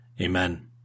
Amen